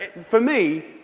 for me,